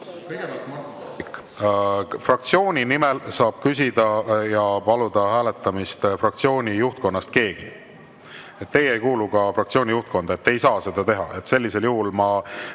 fraktsiooni nimel saab küsida ja paluda hääletamist keegi fraktsiooni juhtkonnast. Teie ei kuulu fraktsiooni juhtkonda, te ei saa seda teha. Sellisel juhul ma